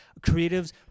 creatives